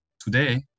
today